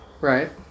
Right